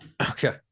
Okay